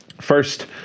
first